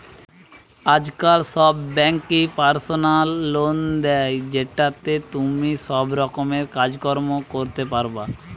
আজকাল সব বেঙ্কই পার্সোনাল লোন দে, জেতাতে তুমি সব রকমের কাজ কর্ম করতে পারবা